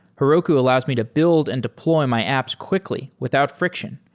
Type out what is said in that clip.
heroku allows me to build and deploy my apps quickly without friction.